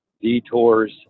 Detours